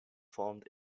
formed